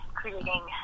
creating